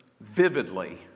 vividly